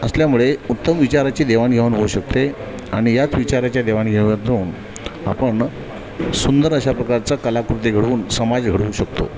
असल्यामुळे उत्तम विचाराची देवाणघेवाण होऊ शकते आणि याच विचाराच्या देवाणघेवाणीतून आपण सुंदर अशा प्रकारचा कलाकृती घडवून समाज घडवू शकतो